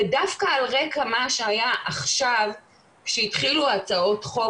ודווקא על רקע מה שהיה עכשיו כשהתחילו הצעות החוק